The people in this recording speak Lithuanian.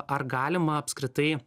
ar galima apskritai